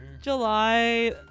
July